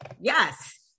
Yes